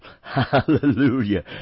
Hallelujah